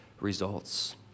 results